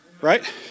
right